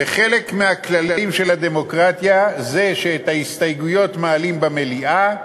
וחלק מהכללים של הדמוקרטיה זה שאת ההסתייגויות מעלים במליאה,